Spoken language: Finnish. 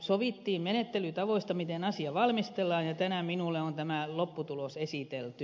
sovittiin menettelytavoista miten asia valmistellaan ja tänään minulle on tämä lopputulos esitelty